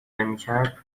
نمیکرد